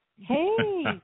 Hey